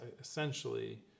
essentially